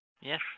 Yes